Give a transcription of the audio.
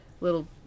little